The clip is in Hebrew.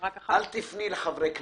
אל תפני לחברי כנסת.